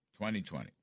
2020